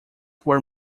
were